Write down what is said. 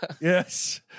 Yes